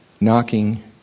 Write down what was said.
knocking